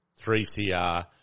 3CR